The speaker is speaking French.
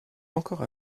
encore